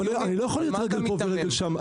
אבל אני לא יכול להיות רגל פה ורגל שם.